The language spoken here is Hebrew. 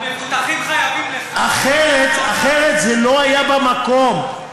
המבוטחים חייבים לך, אחרת זה לא היה במקום.